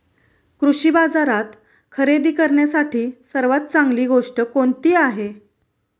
कृषी बाजारात खरेदी करण्यासाठी सर्वात चांगली गोष्ट कोणती आहे?